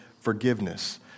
forgiveness